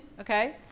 okay